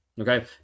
Okay